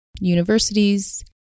universities